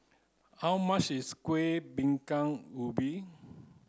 how much is kuih bingka ubi